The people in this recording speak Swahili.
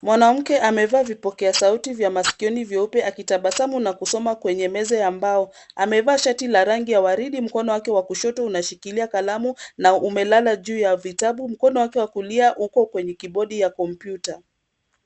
Mwanamke amevaa vipokea sauti vya maskioni vyeupe, akitabasamu na kusoma kwenye meza ya mbao. Amevaa shati la rangi ya waridi, mkono wake wa kushoto unashikilia kalamu na umelala juu ya vitabu. Mkono wake wa kulia uko kwenye kibodi ya kompyuta.